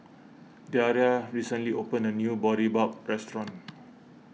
Daria recently opened a new Boribap restaurant